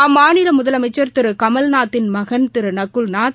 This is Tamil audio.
அம்மாநிலமுதலமைச்சர் திருகமல்நாத்தின் மகன் திருநகுல்நாத்